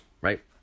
right